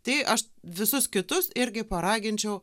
tai aš visus kitus irgi paraginčiau